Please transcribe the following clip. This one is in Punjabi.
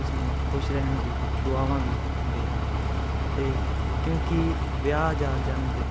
ਉਸ ਨੂੰ ਖੁਸ਼ ਰਹਿਣ ਲਈ ਦੁਆਵਾਂ ਵੀ ਦਿੰਦੇ ਹਾਂ ਅਤੇ ਕਿਉਂਕਿ ਵਿਆਹ ਜਾਂ ਜਨਮਦਿਨ